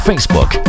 Facebook